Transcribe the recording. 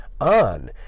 on